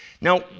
Now